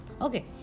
Okay